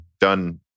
done